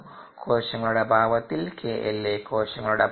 കോശങ്ങളുടെ അഭാവത്തിൽ KLa കോശങ്ങളുടെ അഭാവത്തിൽ